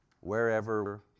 wherever